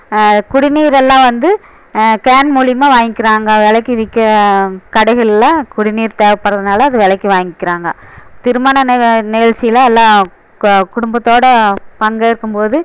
குடிநீர் எல்லாம் வந்து கேன் மூலியமாக வாங்கிக்கிறாங்க விலைக்கி விற்க கடைகளில் குடிநீர் தேவைப்பட்றதுனால அது விலைக்கி வாங்கிக்கிறாங்க திருமண நிக நிகழ்ச்சியில எல்லாம் கு குடும்பத்தோட பங்கேற்கும் போது